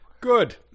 Good